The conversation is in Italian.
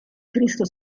cristo